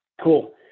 cool